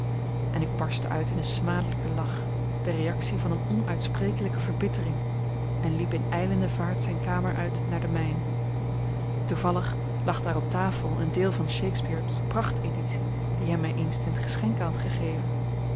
en ik barstte uit in een smadelijken lach de reactie van eene onuitsprekelijke verbittering en liep in ijlende vaart zijne kamer uit naar de mijne toevallig lag daar op tafel een deel van shakespeare's prachteditie die hij mij eens ten geschenke had gegeven